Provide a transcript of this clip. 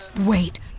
Wait